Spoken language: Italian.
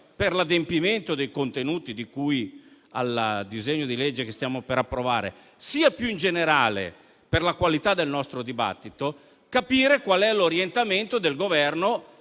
per l'adempimento dei contenuti di cui al disegno di legge che stiamo per approvare, sia più in generale per la qualità del nostro dibattito, capire l'orientamento del Governo,